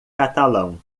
catalão